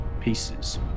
pieces